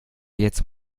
jetzt